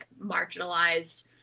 marginalized